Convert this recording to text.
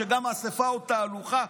גם באספה או תהלוכה,